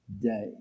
day